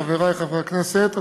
חברי חברי הכנסת,